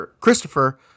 Christopher